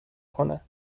کنه